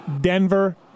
Denver